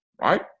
right